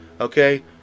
Okay